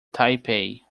taipei